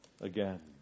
again